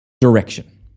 direction